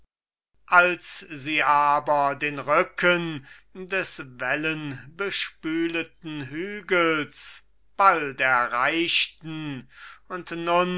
als sie aber den rücken des wellenbespületen hügels bald erreichten und